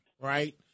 right